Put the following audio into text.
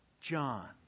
John